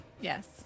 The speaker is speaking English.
Yes